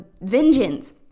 vengeance